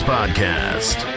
Podcast